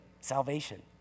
salvation